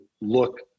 look